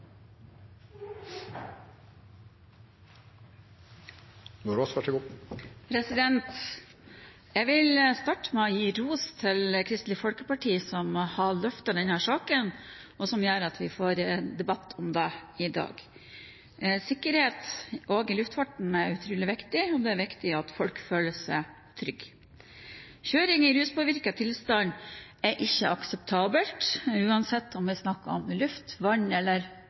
har løftet denne saken, noe som gjør at vi får debatt om dette i dag. Sikkerhet også i luftfarten er utrolig viktig. Det er viktig at folk føler seg trygge. Kjøring i ruspåvirket tilstand er ikke akseptabelt, enten vi snakker om luft, land eller